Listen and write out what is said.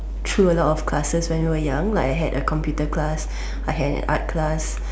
through a lot of classes when we were young I had a computer class I had an art class